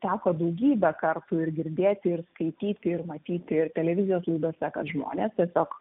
teko daugybę kartų ir girdėti ir skaityti ir matyti ir televizijos laidose kad žmonės tiesiog